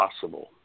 possible